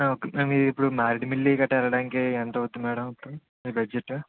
ఇపుడు మీది మారేడుమిల్లి గట్ట వెళ్ళాడానికి ఎంత అవుతుంది మ్యాడం మీ బడ్జెట్టు